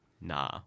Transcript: nah